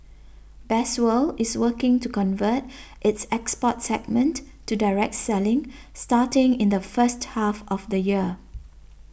best world is working to convert its export segment to direct selling starting in the first half of the year